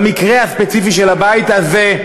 במקרה הספציפי של הבית הזה,